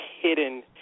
hidden